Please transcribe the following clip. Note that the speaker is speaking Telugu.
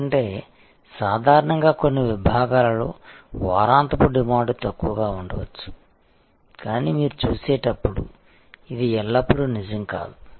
ఎందుకంటే సాధారణంగా కొన్ని విభాగాలలో వారాంతపు డిమాండ్ తక్కువగా ఉండవచ్చు కానీ మీరు చూసేటప్పుడు ఇది ఎల్లప్పుడూ నిజం కాదు